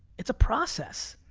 it's a process.